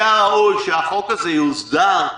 היה ראוי שהחוק הזה יוסדר,